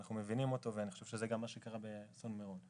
ואנחנו מבינים אותו ואני חושב שזה גם מה שקרה באסון מירון,